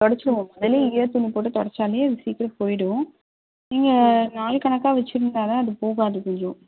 தொடச்சுடுவோம் வெளியே ஈரத் துணி போட்டு தொடச்சாலே அது சீக்கிரம் போய்டும் நீங்கள் நாள் கணக்காக வச்சுருந்தா தான் அது போகாது கொஞ்சம்